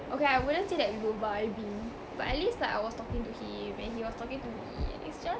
okay I wouldn't say that we were vibing but at least like I was talking to him and he was talking to me and it's just